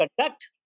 conduct